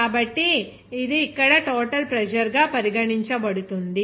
కాబట్టి ఇది ఇక్కడ టోటల్ ప్రెజర్ గా పరిగణించబడుతుంది